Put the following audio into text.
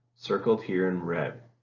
circled here in red.